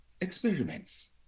experiments